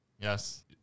Yes